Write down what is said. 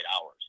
hours